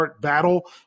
battle